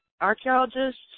archaeologists